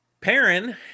Perrin